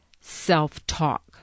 self-talk